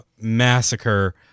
massacre